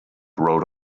wrote